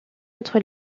entre